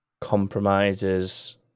compromises